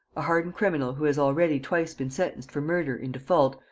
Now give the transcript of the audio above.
a hardened criminal who has already twice been sentenced for murder, in default,